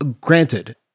granted